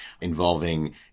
involving